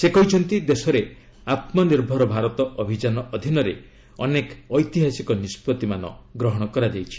ସେ କହିଛନ୍ତି ଦେଶରେ ଆତ୍ମନିର୍ଭର ଭାରତ ଅଭିଯାନ ଅଧୀନରେ ଅନେକ ଐତିହାସିକ ନିଷ୍ପଭି ଗ୍ରହଣ କରାଯାଇଛି